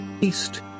east